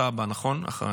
אני מבין שאתה הבא אחריי,